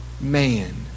man